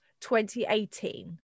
2018